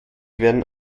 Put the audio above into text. werden